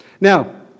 Now